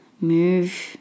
move